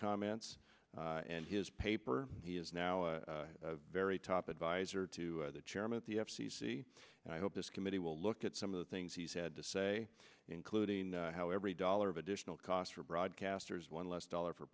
comments and his paper he is now a very top advisor to the chairman of the f c c and i hope this committee will look at some of the things he's had to say including how every dollar of additional cost for broadcasters one less dollar for